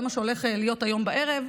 זה מה שהולך להיות היום בערב.